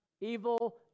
Evil